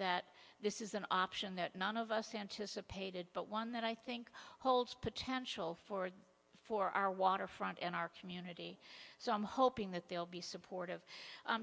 that this is an option that none of us anticipated but one that i think holds potential forward for our waterfront and our community so i'm hoping that they'll be supportive